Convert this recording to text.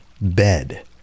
bed